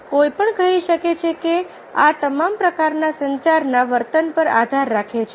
કોઈપણ કહી શકે છે કે આ તમામ પ્રકારના સંચારના વર્તન પર આધાર રાખે છે